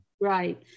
Right